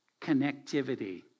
connectivity